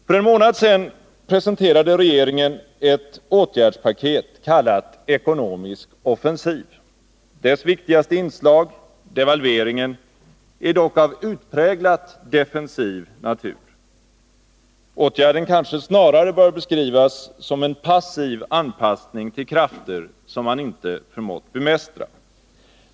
För en månad sedan presenterade regeringen ett åtgärdspaket kallat ”Ekonomisk offensiv”. Dess viktigaste inslag — devalveringen — är dock av utpräglat defensiv natur. Åtgärden kanske snarare bör beskrivas som en passiv anpassning till krafter som man inte förmått bemästra.